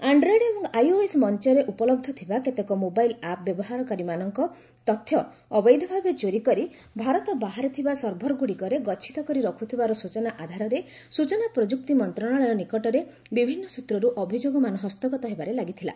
Android ଏବଂ iOS ମଞ୍ଚରେ ଉପଲବ୍ଧ ଥିବା କେତେକ ମୋବାଇଲ୍ ଆପ୍ ବ୍ୟବହାରକାରୀମାନଙ୍କ ତଥ୍ୟ ଅବୈଧଭାବେ ଚୋରି କରି ଭାରତ ବାହାରେ ଥିବା ସର୍ଭରଗୁଡ଼ିକରେ ଗଚ୍ଛିତ କରି ରଖୁଥିବାର ସୂଚନା ଆଧାରରେ ସୂଚନା ପ୍ରଯୁକ୍ତି ମନ୍ତ୍ରଣାଳୟ ନିକଟରେ ବିଭିନ୍ନ ସୂତ୍ରରୁ ଅଭିଯୋଗମାନ ହସ୍ତଗତ ହେବାରେ ଲାଗିଥିଲା